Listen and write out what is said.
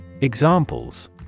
Examples